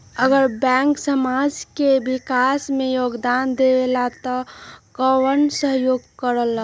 अगर बैंक समाज के विकास मे योगदान देबले त कबन सहयोग करल?